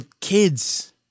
kids